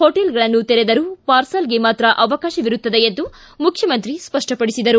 ಹೊಟೇಲ್ಗಳನ್ನು ತೆರೆದರೂ ಪಾರ್ಸಲ್ಗೆ ಮಾತ್ರ ಅವಕಾಶವಿರುತ್ತದೆ ಎಂದು ಮುಖ್ಯಮಂತ್ರಿ ಸ್ಪಪ್ವಪಡಿಸಿದರು